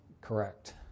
Correct